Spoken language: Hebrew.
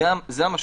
זאת המשמעות.